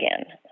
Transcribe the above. again